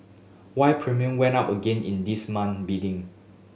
why premium went up again in this month's bidding